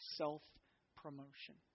self-promotion